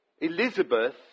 Elizabeth